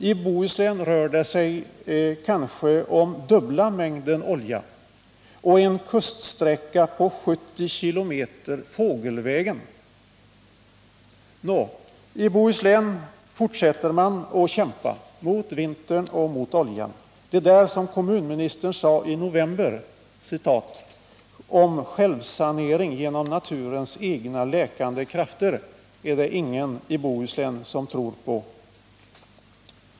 I Bohuslän rör det sig kanske om dubbla mängden olja och en kuststräcka på 70 km fågelvägen. I Bohuslän fortsätter man att kämpa — mot vintern och mot oljan. Det där som kommunministern sade i november om ”självsanering --- genom naturens egna läkande krafter” är det ingen i Bohuslän som tror på.